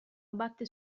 abbatte